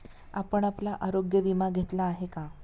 आपण आपला आरोग्य विमा घेतला आहे का?